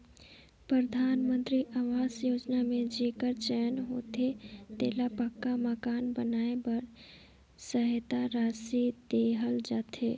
परधानमंतरी अवास योजना में जेकर चयन होथे तेला पक्का मकान बनाए बर सहेता रासि देहल जाथे